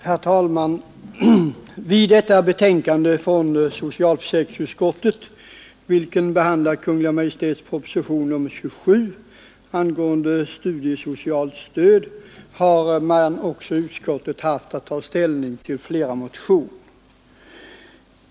Herr talman! I socialförsäkringsutskottets betänkande nr 20, som behandlar Kungl. Maj:ts proposition nr 27 angående studiesocialt stöd, har utskottet också tagit ställning till flera motioner.